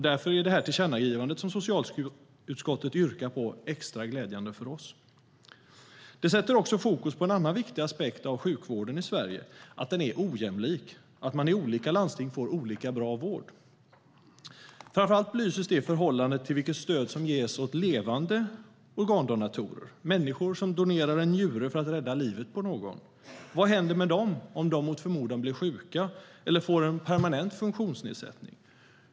Därför är det tillkännagivande som socialutskottet yrkar på extra glädjande för oss. Det sätter också fokus på en annan viktig aspekt av sjukvården i Sverige, att den är ojämlik, att man i olika landsting får olika bra vård. Framför allt belyses det i förhållande till vilket stöd som ges åt levande organdonatorer, människor som donerar en njure för att rädda livet på någon. Vad händer med dem om de mot förmodan blir sjuka eller får en permanent funktionsnedsättning?